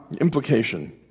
implication